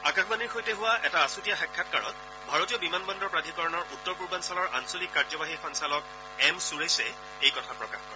আকাশবাণীৰ সৈতে হোৱা এটা আছুতীয়া সাক্ষাৎকাৰত ভাৰতীয় বিমান বন্দৰ প্ৰাধিকৰণৰ উত্তৰ পূৰ্বাঞ্চলৰ আঞ্চলিক কাৰ্যবাহী সঞ্চালক এম সুৰেশে এই কথা প্ৰকাশ কৰে